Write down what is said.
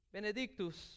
Benedictus